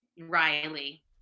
Riley